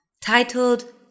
titled